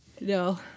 No